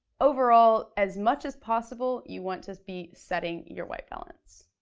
overall, as much as possible, you want to be setting your white balance.